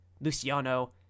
Luciano